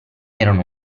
erano